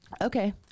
Okay